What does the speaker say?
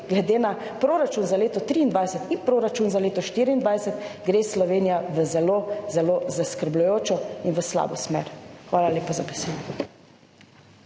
glede na proračun za leto 2023 in proračun za leto 2024 gre Slovenija v zelo zelo zaskrbljujočo in v slabo smer. Hvala lepa za besedo.